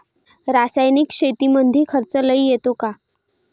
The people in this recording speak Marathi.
रासायनिक शेतीमंदी खर्च लई येतो का?